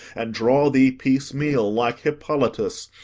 and draw thee piecemeal, like hippolytus,